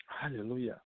Hallelujah